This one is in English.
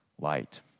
light